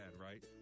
right